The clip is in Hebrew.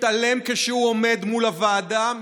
מתעלם כשהוא עומד מול הוועדה,